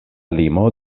limo